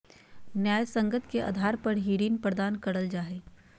न्यायसंगत के आधार पर ही ऋण प्रदान करल जा हय